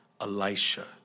Elisha